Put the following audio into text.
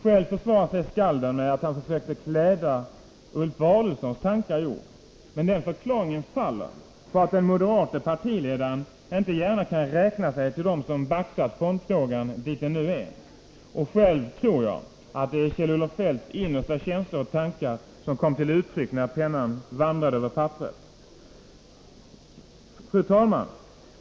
Själv försvarar sig skalden med att han försökte kläda Ulf Adelsohns tankar i ord, men den förklaringen faller, därför att den moderata partiledaren inte gärna kan räkna sig till dem som baxat fondfrågan dit den nu har kommit. För min del tror jag att det är Kjell-Olof Feldts innersta känslor och tankar som kom till uttryck när pennan vandrade över papperet. Fru talman!